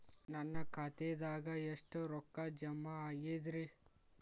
ನನ್ನ ಖಾತೆದಾಗ ಎಷ್ಟ ರೊಕ್ಕಾ ಜಮಾ ಆಗೇದ್ರಿ?